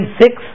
six